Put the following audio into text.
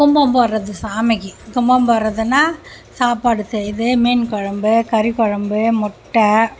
கும்பம் போடுறது சாமிக்கு கும்பம் போடுறதுனா சாப்பாடு செய்து மீன் குழம்பு கறி குழம்பு முட்டை